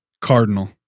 cardinal